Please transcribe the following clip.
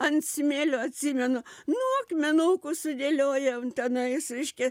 ant smėlio atsimenu nu akmenukus sudėliojam tenais reiškia